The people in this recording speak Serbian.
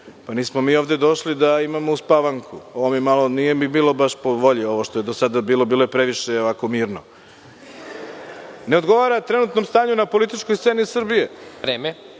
Nismo mi ovde došli da imamo uspavanku. Nije mi bilo baš po volji ovo što je do sada bilo. Bilo je previše mirno. Ne odgovara trenutnom stanju na političkoj sceni Srbije. Ako